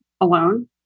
alone